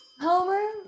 Homer